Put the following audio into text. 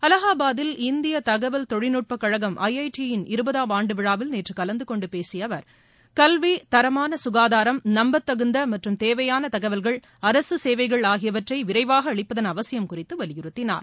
அலஹாபாதில் இந்திய தகவல் தொழில்நுட்பக் கழகம் ஐஐடியின் இருபதாம் ஆண்டு விழாவில் நேற்று கலந்து கொண்டு பேசிய அவர் கல்வி தரமான சுகாதாரம் நம்பத்தகுந்த மற்றும் தேவையான தகவல்கள் அரசு சேவைகள் ஆகியவற்றை விரைவாக அளிப்பதன் அவசியம் குறித்து வலியுறுத்தினார்